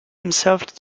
himself